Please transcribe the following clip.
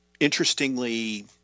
Interestingly